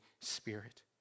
Spirit